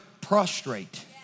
prostrate